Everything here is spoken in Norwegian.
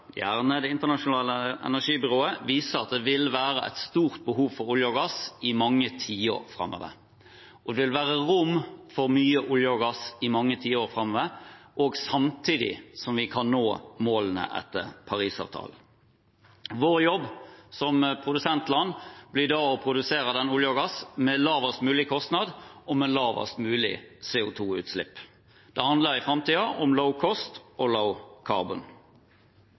gjerne av Det internasjonale energibyrået – viser at det vil være et stort behov for olje og gass i mange tiår framover. Det vil være rom for mye olje og gass i mange tiår framover samtidig som vi kan nå målene etter Parisavtalen. Vår jobb som produsentland blir da å produsere den oljen og gassen med lavest mulig kostnad og med lavest mulig CO 2 -utslipp. Det handler i framtiden om «low-cost» og